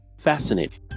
fascinating